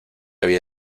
había